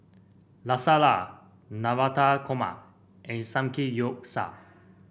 Lasagna Navratan Korma and Samgeyopsal